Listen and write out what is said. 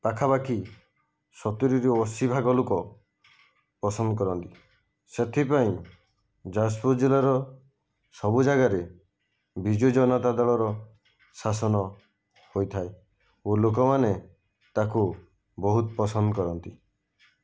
ପାଖାପାଖି ସତୁରିରୁ ଅଶୀଭାଗ ଲୋକ ପସନ୍ଦ କରନ୍ତି ସେଥିପାଇଁ ଯାଜପୁର ଜିଲ୍ଲାର ସବୁ ଯାଗାରେ ବିଜୁ ଜନତା ଦଳର ଶାସନ ହୋଇଥାଏ ଓ ଲୋକମାନେ ତାକୁ ବହୁତ ପସନ୍ଦ କରନ୍ତି